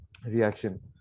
reaction